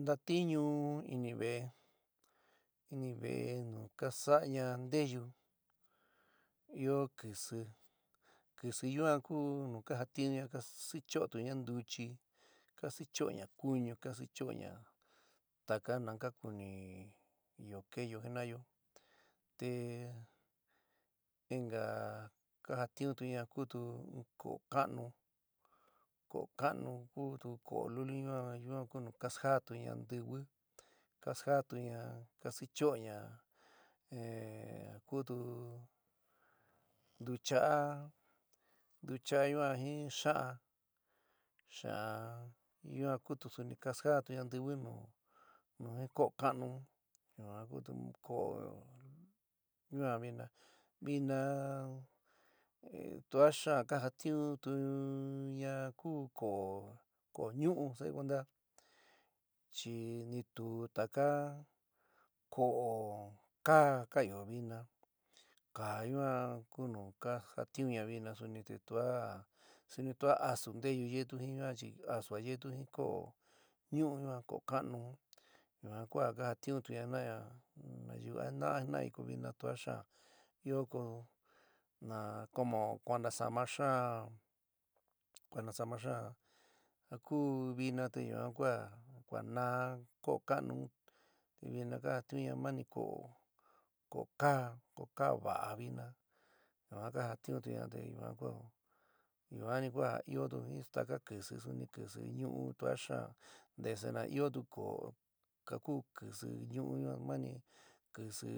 Ntatiñu inive'e inive'e nu ka sa'aña nteyu yoó kɨsɨ kɨsɨ yuan ku nu kajatiñuña, ka sichoótuña ntuchi, kasi chooña kuñu ka sichooña taka na ka kuni ja keyo jina'ayo te inka kaá jatiuntuña kutu ko'o ka'anu, ko'o ka'anu kutu ko'o lúli ñuan yuan ku ja ka sjaátuña ntiwi, kas jaatuña ka schooña te ja kutu ntucha'a, ntucha'a yuan jin xa'án, xa'an yuan kutu suni ka sjaatuña ntiwi nu in ko'o ka'anu, yuan kutu in ko'o yuan vina, vina tua xaán ka jatiuntuña ku ko'o ñu'u sa'ayo kuenta chi ni tuu taka ko'o kaá kanyo vina, ka ñua ku nu ka jatiunña vina suni te tua suni tua asu nteyu yeetu jin yuan chi asu yeétu jin ko'o ñu'u, yuan ko'o ka'anu ñuan ku ja ka jatiuntuña jinaña, nayú anaá jina'í ko vina tua xaán ɨó ko ma komo kua nasama xaán kua nasama xaán ja ku vina te yuan kua kua naá ko'o ka'anu un te vina ka jatiunña mani ko'o kaá ko'o kaá va'a vina yuan ka jatiuntuña te yuan ku yuani ku ja ɨótu jin taka kɨsɨ suni kɨsɨ ñu'u tua xaán ntesaána ɨótu ko'o ja ku kɨsɨ ñu'u mani kɨsɨ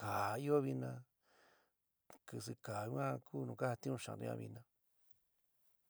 kaá ɨó vina te kɨsɨ kaá yuan ku nu kajatiún xaántuña vina.